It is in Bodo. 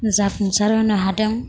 जाफुंसार होनो हादों